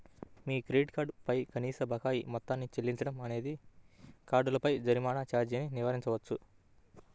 మీ credit card పై కనీస బకాయి మొత్తాన్ని చెల్లించడం అనేది కార్డుపై జరిమానా ఛార్జీని నివారించవచ్చు